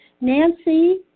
Nancy